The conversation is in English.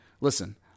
Listen